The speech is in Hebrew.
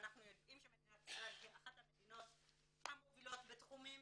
ואנחנו יודעים שמדינת ישראל אחת המדינות המובילות בתחומים